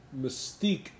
mystique